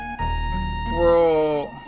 Whoa